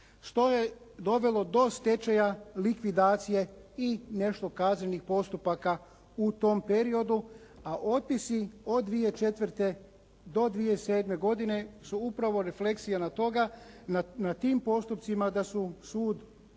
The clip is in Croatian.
što je dovelo do stečaja likvidacije i nešto kaznenih postupaka u tom periodu, a otpisi od 2004. do 2007. godine su upravo refleksije na toga na tim postupcima da je sud riješio